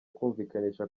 kumvikanisha